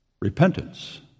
repentance